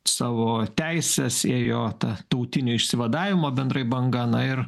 savo teises ėjo ta tautinio išsivadavimo bendrai banda na ir